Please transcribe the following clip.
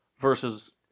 versus